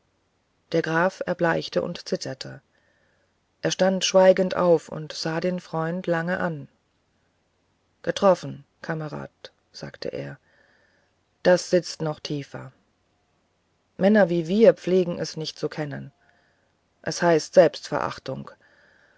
der graf erbleichte und zitterte er stand schweigend auf und sah den freund lange an getroffen kamerad sagte er das sitzt noch tiefer männer wie wir pflegen es nicht zu kennen es heißt selbstverachtung